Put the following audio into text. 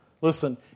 listen